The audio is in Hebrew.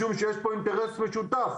משום שיש פה אינטרס משותף.